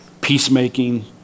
peacemaking